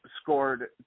scored